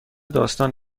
داستان